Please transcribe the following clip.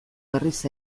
berriz